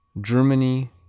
Germany